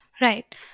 Right